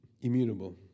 immutable